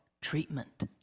treatment